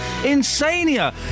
Insania